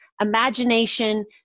imagination